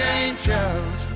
angels